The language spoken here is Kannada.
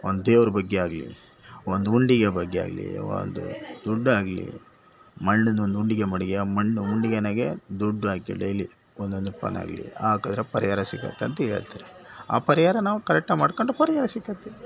ಒಂದು ದೇವರ ಬಗ್ಗೆ ಆಗಲಿ ಒಂದು ಹುಂಡಿಗೆ ಬಗ್ಗೆ ಆಗಲಿ ಒಂದು ದುಡ್ಡಾಗಲಿ ಮಣ್ಣಿಂದ ಒಂದು ಹುಂಡಿಗೆ ಮಡ್ಗಿ ಆ ಮಣ್ಣು ಹುಂಡಿಗೆನಾಗೆ ದುಡ್ಡು ಹಾಕಿ ಡೈಲಿ ಒಂದೊಂದು ರೂಪಾಯಿನೆ ಆಗಲಿ ಹಾಕಿದ್ರೆ ಪರಿಹಾರ ಸಿಗತ್ತೆ ಅಂತ ಹೇಳ್ತಾರೆ ಆ ಪರಿಹಾರ ನಾವು ಕರೆಕ್ಟ್ ಆಗಿ ಮಾಡ್ಕೊಂಡ್ರೆ ಪರಿಹಾರ ಸಿಕ್ಕತ್ತೆ